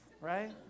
right